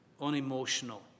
unemotional